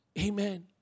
Amen